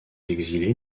exilés